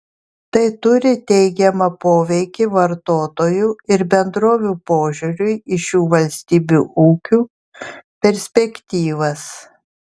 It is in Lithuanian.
tai turi teigiamą poveikį vartotojų ir bendrovių požiūriui į šių valstybių ūkių perspektyvas